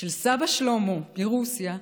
של סבא שלמה מרוסיה,